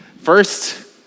First